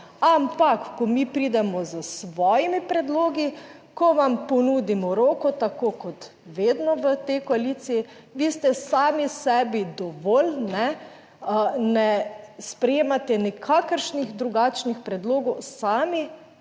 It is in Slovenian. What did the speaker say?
ampak, ko mi pridemo s svojimi predlogi, ko vam ponudimo roko tako kot vedno v tej koaliciji, vi ste sami sebi dovolj, kajne, ne sprejemate nikakršnih drugačnih predlogov, sami